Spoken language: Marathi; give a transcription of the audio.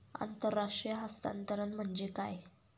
आंतरराष्ट्रीय हस्तांतरण म्हणजे काय?